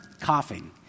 coughing